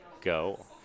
go